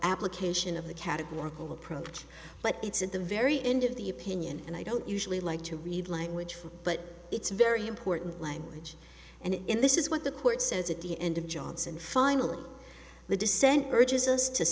application of the categorical approach but it's at the very end of the opinion and i don't usually like to read language from but it's very important language and in this is what the court says at the end of jobs and finally the dissent urges us to